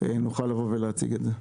נוכל לבוא ולהציג את זה.